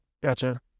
Gotcha